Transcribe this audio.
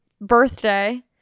birthday